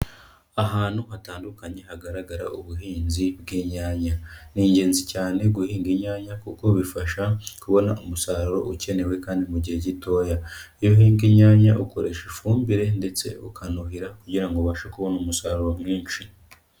Ahantu hatandukanye hagaragara ubuhinzi bw'inyanya. Ni ingenzi cyane guhinga inyanya kuko bifasha kubona umusaruro ukenewe kandi mu gihe gitoya. Iyo uhinga inyanya, ukoresha ifumbire ndetse ukanuhira kugira ngo ubashe kubona umusaruro mwinshi.